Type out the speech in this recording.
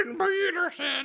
Peterson